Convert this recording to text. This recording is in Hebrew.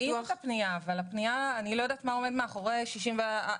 ראינו את הפנייה אבל אני לא יודעת מה עומד מאחורי הגיל שהוא ציין.